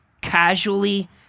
casually